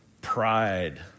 pride